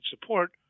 support